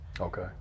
Okay